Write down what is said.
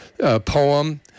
poem